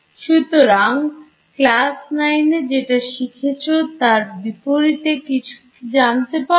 সুতরাং ক্লাস নাইনে যেটা শিখেছ তার বিপরীতে কিছু কি জানতে পারলে